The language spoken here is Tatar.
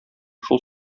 шул